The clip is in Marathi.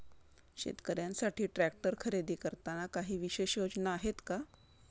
शेतकऱ्यांसाठी ट्रॅक्टर खरेदी करताना काही विशेष योजना आहेत का?